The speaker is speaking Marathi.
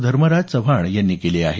धर्मराज चव्हाण यांनी केली आहे